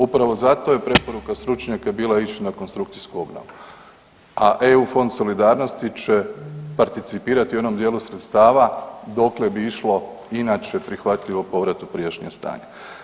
Upravo zato je preporuka stručnjaka bila ići na konstrukciju obnovu, a EU fond solidarnosti će participirati u onom dijelu sredstava dokle bi išlo inače prihvatljivo u povratu prijašnje stanje.